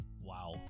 Wow